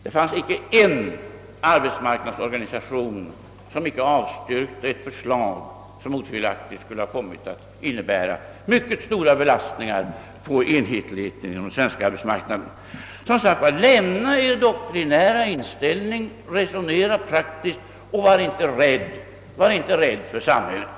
Det fanns icke en arbetsmarknadsorganisation, som icke avstyrkte detta förslag, som otvivelaktigt skulle ha kommit att innebära mycket stora belastningar på enhetligheten inom svensk arbetsmarknad. Som sagt, lämna er doktrinära inställning, resonera praktiskt och var inte rädd för samhället.